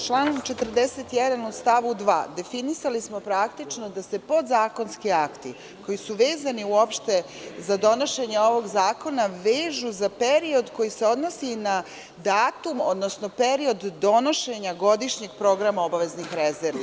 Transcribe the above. Član 41. u stavu 2. definisali smo praktično da se podzakonski akti koji su vezani za donošenje ovog zakona vežu za period koji se odnosi na datum, odnosno period donošenja godišnjeg programa obaveznih rezervi.